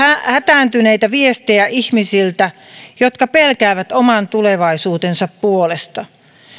hätääntyneitä viestejä ihmisiltä jotka pelkäävät oman tulevaisuutensa puolesta